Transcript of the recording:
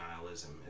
nihilism